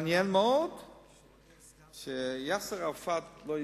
מעניין מאוד שיאסר ערפאת לא הסכים,